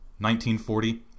1940